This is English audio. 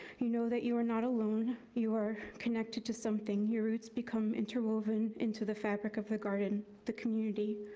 you know that you are not alone. you are connected to something. your roots become interwoven into the fabric of the garden, the community.